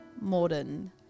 modern